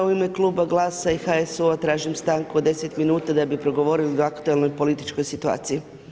U ime kluba GLAS-a i HSU-a tražim stanku od 10 minuta da bi progovorili o aktualnoj političkoj situaciji.